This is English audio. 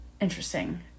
Interesting